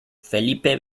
felipe